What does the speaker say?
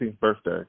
birthday